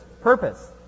purpose